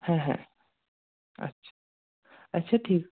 হ্যাঁ হ্যাঁ আচ্ছা আচ্ছা ঠিক